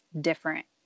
different